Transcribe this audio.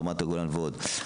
רמת הגולן ועוד,